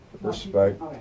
respect